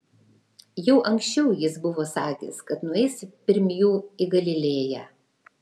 jau anksčiau jis buvo sakęs kad nueis pirm jų į galilėją